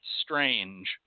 strange